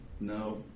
No